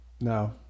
No